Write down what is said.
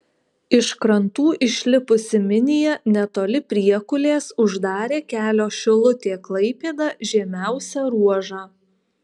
iš krantų išlipusi minija netoli priekulės uždarė kelio šilutė klaipėda žemiausią ruožą